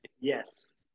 Yes